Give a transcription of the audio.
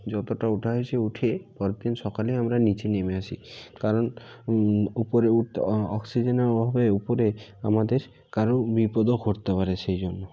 যতটা ওঠা হয়েছে উঠে পরের দিন সকালেই আমরা নিচে নেমে আসি কারণ উপরে উঠতে অ অক্সিজেনের অভাবে উপরে আমাদের কারোর বিপদও ঘটতে পারে সেই জন্য